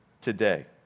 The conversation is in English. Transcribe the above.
today